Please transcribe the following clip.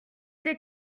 ces